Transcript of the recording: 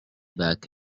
back